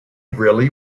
really